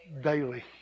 daily